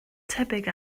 tebyg